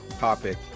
topic